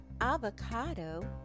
avocado